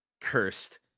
Cursed